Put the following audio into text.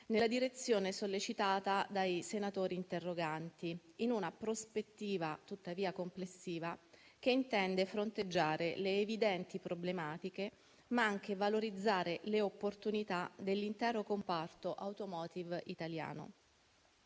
nella direzione sollecitata dai senatori interroganti, in una prospettiva tuttavia complessiva, che intende fronteggiare le evidenti problematiche, ma anche valorizzare le opportunità dell'intero comparto *automotive* italiano.